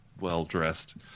well-dressed